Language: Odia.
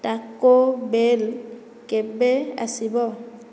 ଟାକୋ ବେଲ୍ କେବେ ଆସିବ